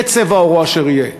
יהיה צבע עורו אשר יהיה.